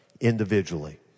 individually